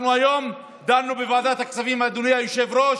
היום דנו בוועדת הכספים, אדוני היושב-ראש,